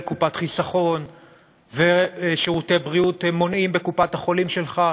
קופת חיסכון ושירותי בריאות מונעים בקופת-החולים שלך,